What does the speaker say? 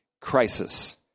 crisis